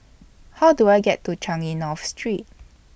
How Do I get to Changi North Street